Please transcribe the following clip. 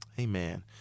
Amen